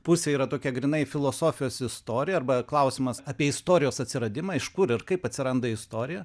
pusė yra tokia grynai filosofijos istorija arba klausimas apie istorijos atsiradimą iš kur ir kaip atsiranda istorija